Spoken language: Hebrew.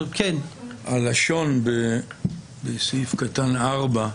הלשון בסעיף (4)